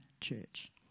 church